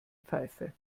pfeife